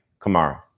Kamara